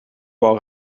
wou